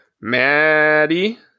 Maddie